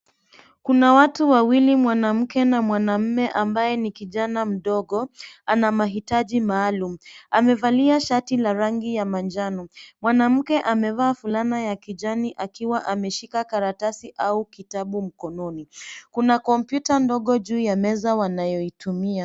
Kuna watu wawili mwanamke na mwanaume ambaye ni kijana mdogo ana mahitaji maalum. Amevalia shati la rangi ya manjano. Mwanamke amevaa fulana ya kijani akiwa ameshika karatasi au kitabu mkononi. Kuna kompyuta ndogo juu ya meza wanayoitumia.